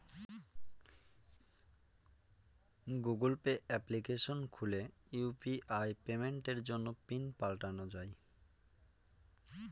Google Pay application খুলে UPI পেমেন্টের জন্য পিন পাল্টানো যাই